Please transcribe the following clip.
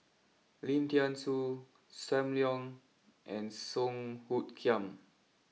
Lim Thean Soo Sam Leong and Song Hoot Kiam